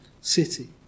city